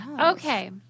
Okay